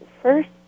first